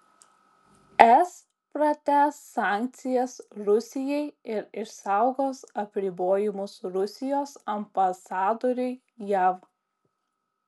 es pratęs sankcijas rusijai ir išsaugos apribojimus rusijos ambasadoriui jav